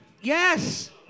Yes